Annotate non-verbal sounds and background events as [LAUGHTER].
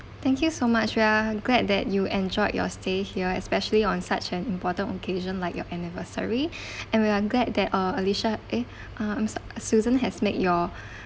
thank you so much we are glad that you enjoyed your stay here especially on such an important occasion like your anniversary [BREATH] and we are glad that uh alicia eh uh I'm so~ susan has make your [BREATH]